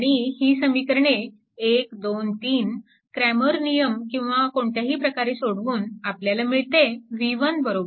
आणि ही समीकरणे 1 2 3 क्रॅमर नियम किंवा कोणत्याही प्रकारे सोडवून आपल्याला मिळते v1 45